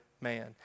man